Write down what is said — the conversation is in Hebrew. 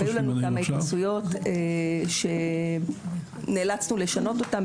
היו לנו כמה התנסויות שבעקבותיהן נאלצנו לשנות.